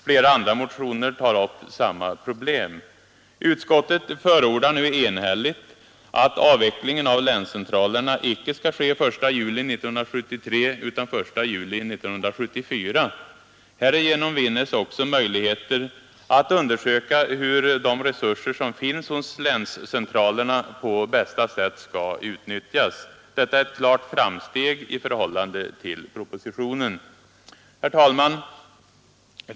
Flera andra motioner tar upp samma problem. Utskottet förordar nu enhälligt att avvecklingen av länscentralerna icke skall ske den 1 juli 1973 utan den 1 juli 1974. Därigenom vinnes möjligheter att undersöka hur de resurser som finns hos länscentralerna på bästa sätt skall utnyttjas. Detta är ett klart framsteg i förhållande till propositionen. Herr talman!